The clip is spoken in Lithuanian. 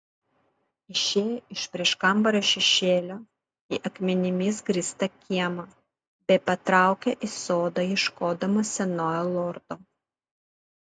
išėjo iš prieškambario šešėlio į akmenimis grįstą kiemą bei patraukė į sodą ieškodama senojo lordo